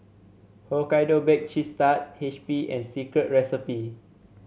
Hokkaido Baked Cheese Tart H P and Secret Recipe